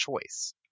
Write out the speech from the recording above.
choice